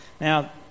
Now